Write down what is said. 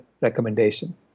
recommendation